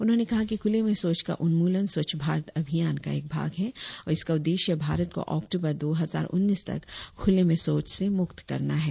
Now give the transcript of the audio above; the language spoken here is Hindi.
उन्होंने कहा कि खुले में शौच का उन्मूलन स्वच्छ भारत अभियान का एक भाग है और इसका उद्देश्य भारत को अक्टूबर दो हजार उन्नीस तक खुले में शौच से मुक्त करना है